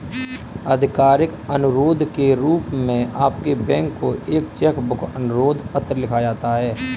आधिकारिक अनुरोध के रूप में आपके बैंक को एक चेक बुक अनुरोध पत्र लिखा जाता है